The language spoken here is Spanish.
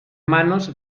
manos